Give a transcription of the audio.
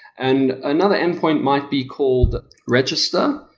and another endpoint might be called register,